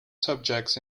subjects